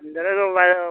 அந்தளவுக்கு வ